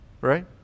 Right